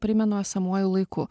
primenu esamuoju laiku